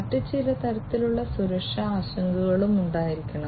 മറ്റ് ചില തരത്തിലുള്ള സുരക്ഷാ ആശങ്കകളും ഉണ്ടായിരിക്കണം